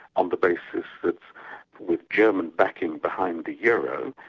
um the basis that with german backing behind the euro,